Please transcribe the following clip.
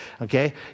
okay